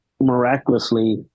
miraculously